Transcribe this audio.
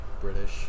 British